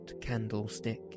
candlestick